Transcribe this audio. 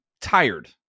tired